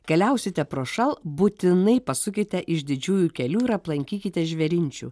keliausite prošal būtinai pasukite iš didžiųjų kelių ir aplankykite žvėrinčių